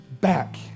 back